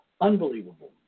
unbelievable